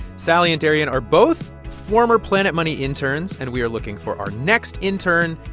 sally and darian are both former planet money interns, and we are looking for our next intern.